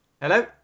Hello